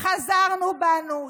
חזרנו בנו.